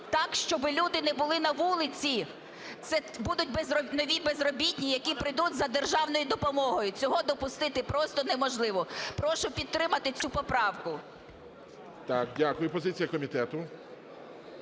так, щоби люди не були на вулиці. Це будуть нові безробітні, які прийдуть за державною допомогою, цього допустити просто неможливо. Прошу підтримати цю поправку. ГОЛОВУЮЧИЙ Так, дякую. Позиція комітету.